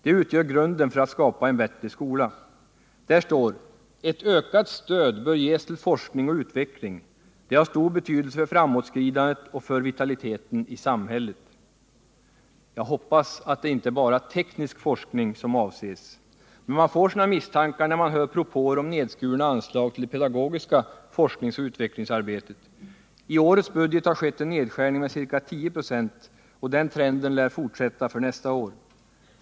Det utgör grunden för att skapa en bättre skola. Där står: ”Ett ökat stöd bör ges till forskning och utveckling. Det har stor betydelse för framåtskridandet och för vitaliteten i samhället.” Jag hoppas att det inte bara är teknisk forskning som avses. Men man får sina misstankar, när man hör propåer om nedskurna anslag till det pedagogiska forskningsoch utvecklingsarbetet. I årets budget har skett en nedskärning med ca 10 26, och den trenden lär fortsätta för nästa år.